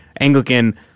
Anglican